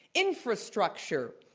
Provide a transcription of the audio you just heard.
infrastructure.